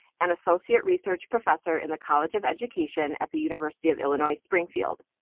and associate research professor in the college of education at the university of illinois springfield.